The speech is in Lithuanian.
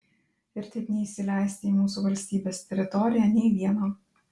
ir taip neįsileisti į mūsų valstybės teritoriją nė vieno